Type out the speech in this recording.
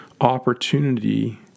opportunity